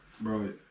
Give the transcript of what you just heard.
bro